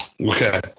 Okay